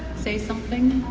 say something.